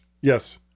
Yes